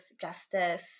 justice